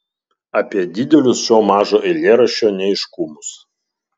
apie didelius šio mažo eilėraščio neaiškumus